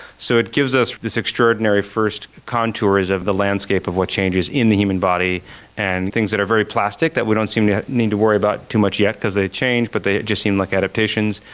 so it gives us this extraordinary first contours of the landscape of what changes in the human body and things that are very plastic that we don't seem to need to worry about too much yet because they change but they just seem like adaptations.